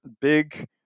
big